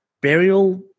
burial